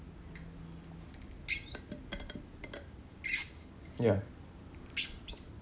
ya